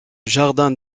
jardin